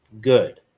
good